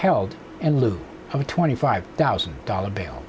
held in lieu of a twenty five thousand dollars bail